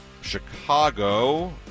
Chicago